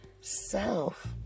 self